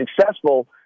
successful